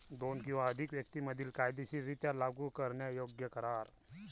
दोन किंवा अधिक व्यक्तीं मधील कायदेशीररित्या लागू करण्यायोग्य करार